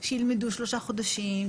שילמדו שלושה חודשים,